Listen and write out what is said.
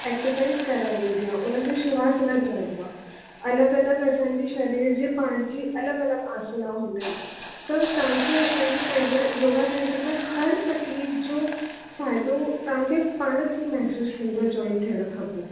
exercise कराई वेंदी आहे हुनखे शिव आसना चइबो आहे अलॻि अलॻि असांजी शरीर जी पंहिंजी अलॻि अलॻि आसना हूंदा आहिनि त तव्हांखे असांजो सैंटर योगा सैंटर में हर तक़लीफ़ जूं फ़ाइदो तव्हांखे पाण खे ई महसूस थींदो जॉइन थियण खां पोइ